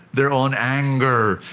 their own anger.